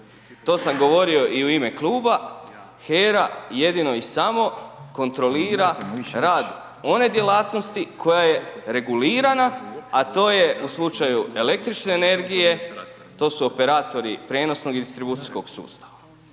To sam govorio i u ime kluba, HERA jedino i samo kontrolira rad one djelatnosti koja je regulirana, a to je u slučaju električne energije to su operatori prijenosnog i distribucijskog sustava.